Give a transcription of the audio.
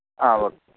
ಹಾಂ ಓಕೆ